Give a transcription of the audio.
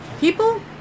people